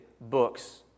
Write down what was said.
books